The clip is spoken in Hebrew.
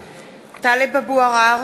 (קוראת בשמות חברי הכנסת) טלב אבו עראר,